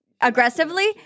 aggressively